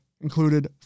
included